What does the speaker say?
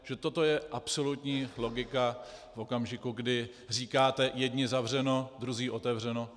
Protože toto je absolutní logika v okamžiku, kdy říkáte jedni zavřeno, druzí otevřeno.